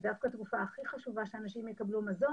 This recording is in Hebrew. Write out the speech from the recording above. דווקא תקופה הכי חשובה שאנשים יקבלו מזון.